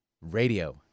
radio